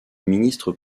ministre